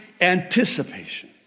anticipation